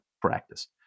practice